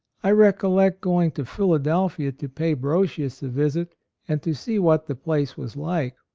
i recollect going to philadelphia to pay brosius a visit and to see what the place was like.